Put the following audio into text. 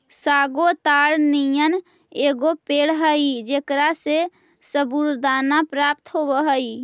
sago ताड़ नियन एगो पेड़ हई जेकरा से सबूरदाना प्राप्त होब हई